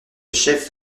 chef